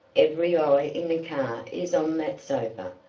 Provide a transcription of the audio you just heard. every eye in the car is on that sofa.